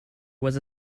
was